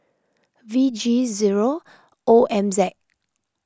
V G zero O M Z